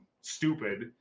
stupid